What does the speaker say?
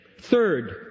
Third